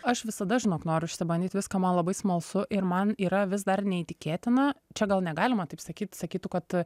aš visada žinok noriu išsibandyt viską man labai smalsu ir man yra vis dar neįtikėtina čia gal negalima taip sakyt sakytų kad